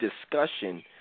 discussion